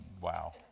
wow